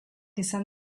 izan